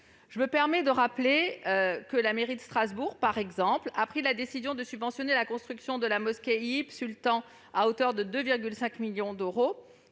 prononcées. Je rappelle que la mairie de Strasbourg a pris la décision de subventionner la construction de la mosquée Eyyûb Sultan à hauteur de 2,5 millions d'euros.